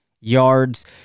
yards